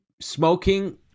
smoking